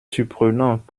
surprenant